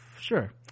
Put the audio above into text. sure